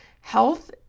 health